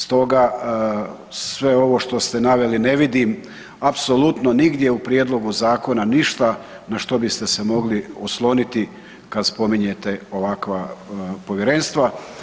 Stoga sve ovo što ste naveli ne vidim apsolutno nigdje u prijedlogu zakona ništa na što biste se mogli osloniti kad spominjete ovakva povjerenstva.